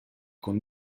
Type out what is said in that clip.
con